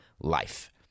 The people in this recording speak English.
life